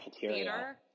Theater